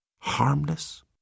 harmless